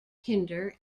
hinder